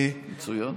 מצוין.